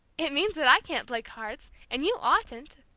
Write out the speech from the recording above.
it means that i can't play cards, and you oughtn't,